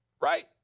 right